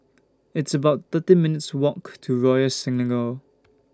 It's about thirteen minutes' Walk to Royal Selangor